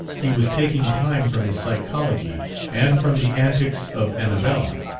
he was taking time from his psychology and from the antics of annabella,